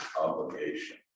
obligation